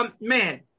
Man